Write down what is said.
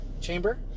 chamber